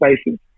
spaces